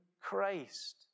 Christ